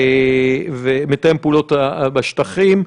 ולמתאם הפעולות בשטחים.